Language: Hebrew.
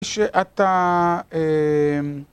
כשאתה...